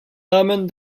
namen